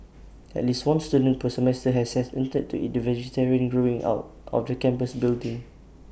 at least one student per semester has set attempted to eat the vegetation growing out of the campus building